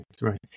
right